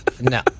No